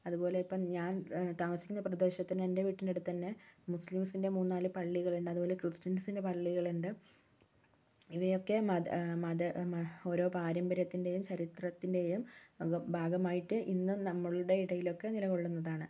അതുപോലെ ഇപ്പോള് ഞാൻ താമസിക്കുന്ന പ്രദേശത്തിന് എൻ്റെ വീട്ടിനടുത്തുതന്നെ മുസ്ലീംസിൻ്റെ മൂന്നുനാല് പള്ളികളുണ്ട് അതുപോലെ ക്രിസ്ത്യൻസിൻ്റെ പള്ളികളുണ്ട് ഇവയൊക്കെ ഓരോ പാരമ്പര്യത്തിൻ്റെയും ചരിത്രത്തിൻ്റെയും ഭാഗമായിട്ട് ഇന്നും നമ്മുടെ ഇടയിലൊക്കെ നിലകൊള്ളുന്നതാണ്